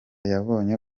yabonye